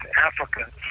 Africa